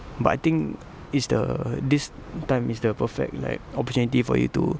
but I think it's the this time is the perfect like opportunity for you to